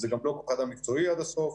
זה גם לא כוח אדם מקצועי עד הסוף.